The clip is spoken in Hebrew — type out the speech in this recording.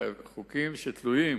החוקים שתלויים